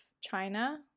China